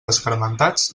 escarmentats